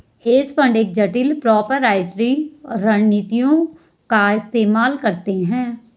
hedge fund जटिल proprietary रणनीतियों का इस्तेमाल करते हैं